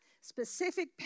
specific